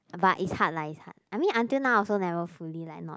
but it's hard lah it's hard I mean until now I also never fully like not